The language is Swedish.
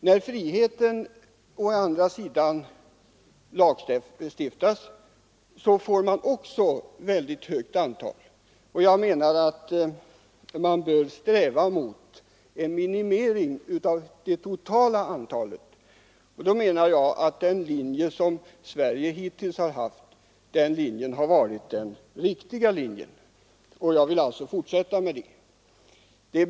När å andra sidan friheten lagfästes får man också ett mycket stort antal aborter. Jag anser för min del att vi bör sträva mot en minimering av det totala antalet aborter, och då menar jag att den linje som Sverige hittills har gått fram på har varit den riktiga. Jag vill fortsätta efter den linjen.